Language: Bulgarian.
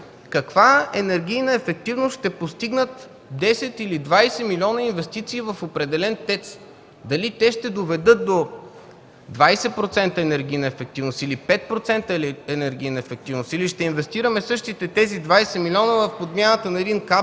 Каква енергийна ефективност ще постигнат 10 или 20 милиона инвестиции в определен ТЕЦ? Дали те ще доведат до 20% енергийна ефективност или 5% енергийна ефективност, или ще инвестираме същите тези 20 милиона в подмяната на един кабел,